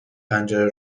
پنجره